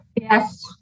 Yes